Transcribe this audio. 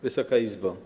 Wysoka Izbo!